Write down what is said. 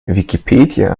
wikipedia